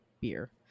beer